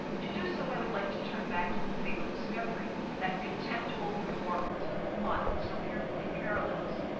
to do so i would like to turn back to the fatal discovery that contemptible performance with the plot that so carefully parallels,